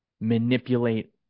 manipulate